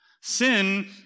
Sin